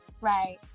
Right